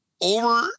over